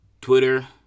Twitter